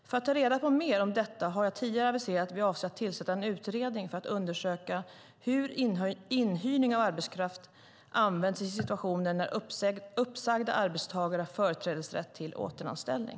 För att ta reda på mer om detta har jag tidigare aviserat att vi avser att tillsätta en utredning för att undersöka hur inhyrning av arbetskraft används i situationer när uppsagda arbetstagare har företrädesrätt till återanställning.